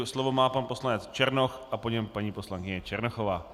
Slovo má tedy pan poslanec Černoch a po něm paní poslankyně Černochová.